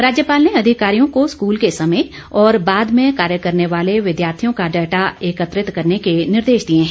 राज्यपाल ने अधिकारियों को स्कूल के समय और बाद में कार्य करने वाले विद्यार्थियों का डाटा एकत्रित करने के निर्देश दिए हैं